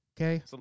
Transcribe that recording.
Okay